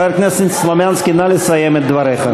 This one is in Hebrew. חבר הכנסת סלומינסקי, נא לסיים את דבריך.